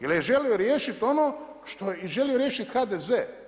Jer je želio riješiti ono što je želio riješiti HDZ.